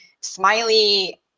smiley